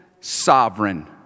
sovereign